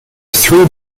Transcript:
three